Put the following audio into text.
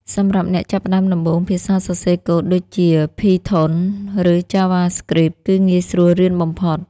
សម្រាប់អ្នកចាប់ផ្តើមដំបូង ភាសាសរសេរកូដដូចជា Python ឬ JavaScript គឺងាយស្រួលរៀនបំផុត។